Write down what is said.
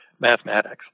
mathematics